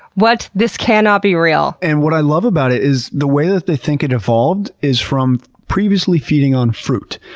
what? this cannot be real! and what i love about it is the way that they think it evolved is from previously feeding on fruit.